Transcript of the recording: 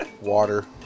water